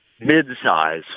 mid-size